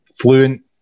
fluent